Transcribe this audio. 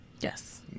Yes